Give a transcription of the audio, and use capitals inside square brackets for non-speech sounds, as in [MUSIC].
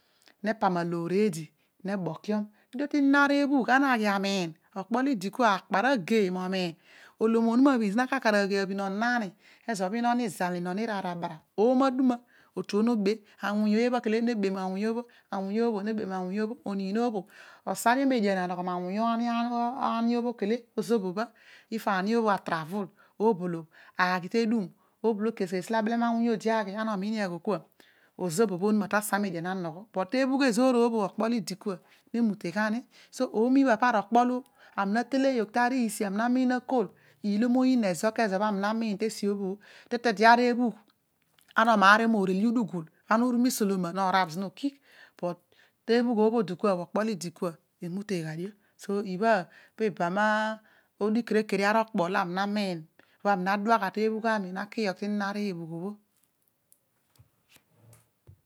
Ne pam aloor eedi ne bokiom kedio tiinon ari isi ara abhugh ana aghi amiin okpo olo idi kua akpar agoi moniin olom onumn abhin zina ka amina aghi abhin omina ohom izal obolo iraar ani abaram, omo aduma nobe awuny abho bho kele bho mebe mepa di awuny uwuny obho mebo ma awuny obho [HESITATION] oniin obho osa dio medien anogho ma awuny ami ani obho kele ozobaba ani obho bho a trare obolo aghi to dum obolo kasi kasi olo abele ma awuny odi aghi den ana omiin aghol kua ozo baba onuma ta sa median anogho but te evhugho bho bho idigh okpo olo idikuana mute ghami omo ibha pi digh okpo ami na keleey namiin idigh okpo idi kua imute gla dio so ibho piibam odigh ikere okpo ola ami namiin ibha na dua gha te ebhugh navi timon ariobhugh obho